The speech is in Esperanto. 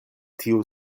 tiu